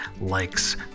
likes